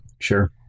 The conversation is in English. Sure